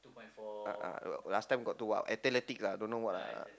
uh last time got two ah athletics ah don't know what ah